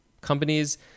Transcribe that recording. companies